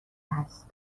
است